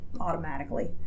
automatically